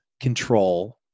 control